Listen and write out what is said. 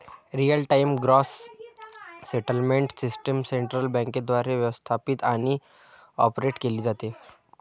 real time gross settlement system central बँकेद्वारे व्यवस्थापित आणि ऑपरेट केली जाते